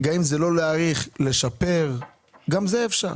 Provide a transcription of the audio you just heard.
גם אם זה לא להאריך אז לשפר, גם זה אפשר.